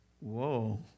whoa